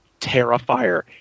Terrifier